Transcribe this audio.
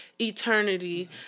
eternity